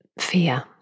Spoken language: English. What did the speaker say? fear